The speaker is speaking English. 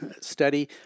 study